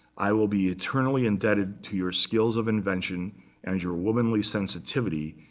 i will be eternally indebted to your skills of invention and your womanly sensitivity,